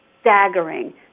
staggering